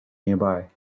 nearby